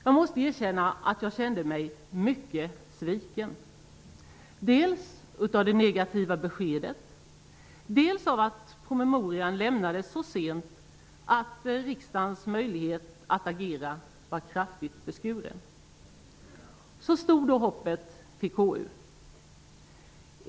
Jag måste erkänna att jag kände mig mycket sviken -- dels av det negativa beskedet, dels av att promemorian lämnades så sent att riksdagens möjlighet att agera var kraftigt beskuren. Så stod då hoppet till KU.